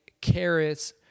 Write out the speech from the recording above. carrots